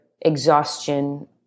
exhaustion